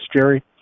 Jerry